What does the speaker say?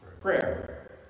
prayer